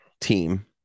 team